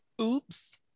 Oops